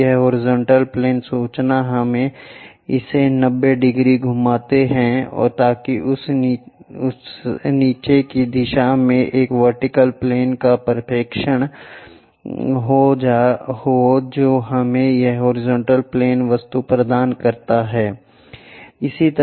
फिर यह horizontal plane सूचना हम इसे 90 डिग्री घुमाते हैं ताकि उस नीचे की दिशा में एक वर्टिकल प्लेन का प्रक्षेपण हो जो हमें यह हॉरिजॉन्टल प्लेन वस्तु प्रदान करता है जो हमें मिलेगा